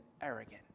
arrogant